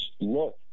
look